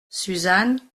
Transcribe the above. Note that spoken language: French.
suzanne